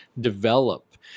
develop